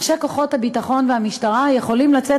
אנשי כוחות הביטחון והמשטרה יכולים לצאת